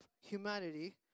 humanity